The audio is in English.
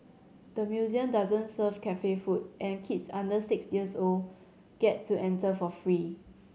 the museum doesn't serve cafe food and kids under six years old get to enter for free